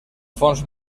fons